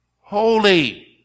holy